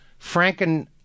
Franken